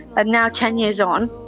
and now ten years on,